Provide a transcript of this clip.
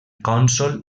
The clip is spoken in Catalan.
cònsol